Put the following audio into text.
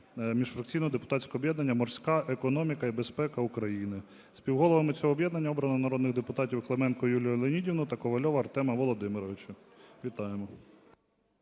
міжфракційного депутатського об'єднання "Морська економіка і безпека України". Співголовами цього об'єднання обрано народних депутатів Клименко Юлію Леонідівну та Ковальова Артема Володимировича. Вітаємо!